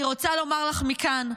אני רוצה לומר לך מכאן,